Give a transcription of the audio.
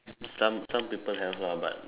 some some people have lah but